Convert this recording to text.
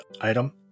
item